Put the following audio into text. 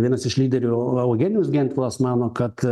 vienas iš lyderių eugenijus gentvilas mano kad